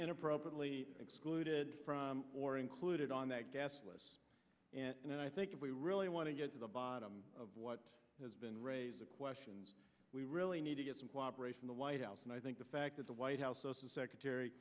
inappropriately excluded from or included on that gasless and i think if we really want to get to the bottom of what has been raised questions we really need to get some cooperation the white house and i think the fact that the white house social secretary